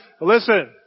Listen